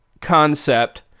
concept